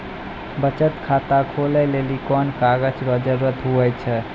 बचत खाता खोलै लेली कोन कागज रो जरुरत हुवै छै?